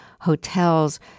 hotels